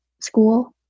school